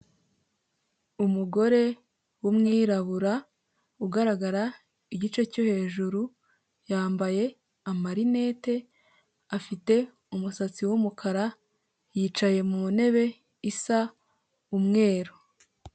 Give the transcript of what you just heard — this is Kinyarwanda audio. Umugore w'umwirabura ugaragara igice cyo hejuru; yambaye amarinete, afite umusatsi w'umukara, yicaye mu ntebe isa umweru.